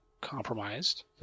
compromised